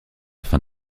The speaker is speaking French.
fin